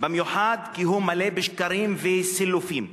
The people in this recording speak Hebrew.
במיוחד כי הוא מלא בשקרים וסילופים.